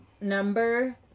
Number